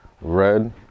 red